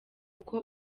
uko